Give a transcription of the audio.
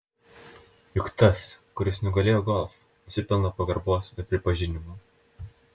juk tas kuris nugalėjo golf nusipelno pagarbos ir pripažinimo